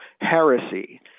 heresy